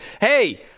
hey